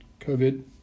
covid